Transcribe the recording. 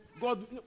God